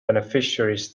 beneficiaries